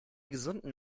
gesunden